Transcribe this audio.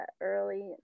early